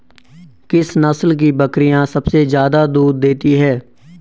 किस नस्ल की बकरीयां सबसे ज्यादा दूध देती हैं?